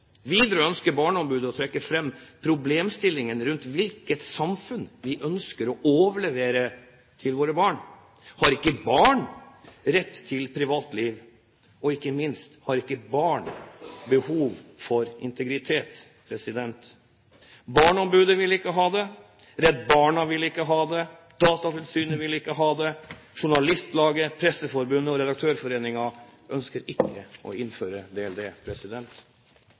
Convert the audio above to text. Videre ønsker barneombudet å trekke fram problemstillingen rundt hvilket samfunn vi ønsker å overlevere til våre barn. Har ikke barn rett til privatliv? Og ikke minst: Har ikke barn behov for integritet? Barneombudet vil ikke ha det, Redd Barna vil ikke ha det, og Datatilsynet vil ikke ha det. Journalistlaget, Presseforbundet og Redaktørforeningen ønsker ikke å innføre datalagringsdirektivet. Veldig mye er blitt sagt i denne debatten hittil, og det